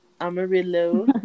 Amarillo